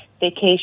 vacation